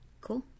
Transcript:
Cool